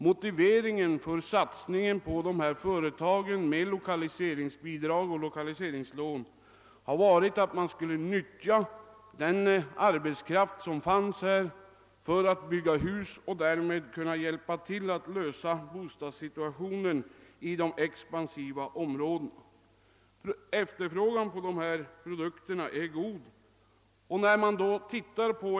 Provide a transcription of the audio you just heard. Motiveringen för att satsa lokaliseringsbidrag och lokaliseringslån på dessa företag har varit, att man skulle utnyttja den arbetskraft som finns här uppe för att bygga hus och därmed hjälpa till att lösa bostadssituationen 1 de expansiva områdena. Efterfrågan på dessa företags produkter är god.